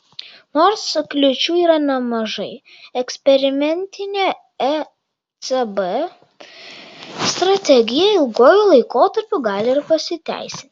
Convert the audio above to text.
nors kliūčių yra nemažai eksperimentinė ecb strategija ilguoju laikotarpiu gali ir pasiteisinti